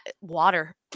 water